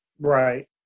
Right